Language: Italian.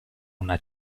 una